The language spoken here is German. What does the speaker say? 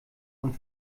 und